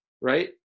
right